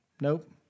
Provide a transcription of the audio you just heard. nope